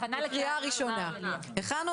הצעת החוק אושרה בוועדה בהכנה לקריאה הראשונה.